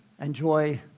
enjoy